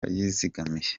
yizigamiye